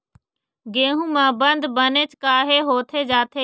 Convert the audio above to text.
गेहूं म बंद बनेच काहे होथे जाथे?